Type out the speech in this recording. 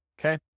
okay